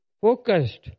focused